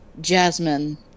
Jasmine